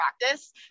practice